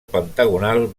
pentagonal